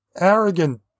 arrogant